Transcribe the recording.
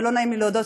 ולא נעים לי להודות,